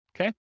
Okay